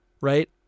right